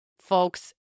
folks